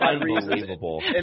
Unbelievable